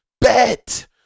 Bet